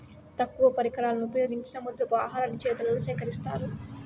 తక్కువ పరికరాలను ఉపయోగించి సముద్రపు ఆహారాన్ని చేతులతో సేకరిత్తారు